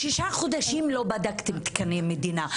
שישה חודשים לא בדקתם תקני מדינה,